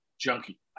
junkie